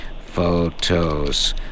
Photos